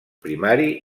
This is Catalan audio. primari